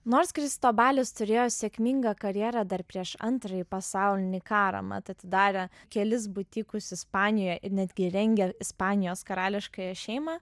nors kristobalis turėjo sėkmingą karjerą dar prieš antrąjį pasaulinį karą mat atidarė kelis butikus ispanijoje ir netgi rengė ispanijos karališkąją šeimą